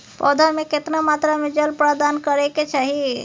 पौधा में केतना मात्रा में जल प्रदान करै के चाही?